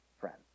friend